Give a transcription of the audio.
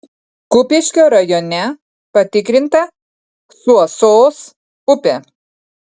kupiškio rajone patikrinta suosos upė